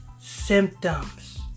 symptoms